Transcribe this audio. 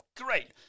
great